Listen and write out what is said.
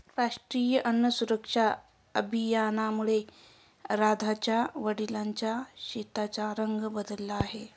राष्ट्रीय अन्न सुरक्षा अभियानामुळे राधाच्या वडिलांच्या शेताचा रंग बदलला आहे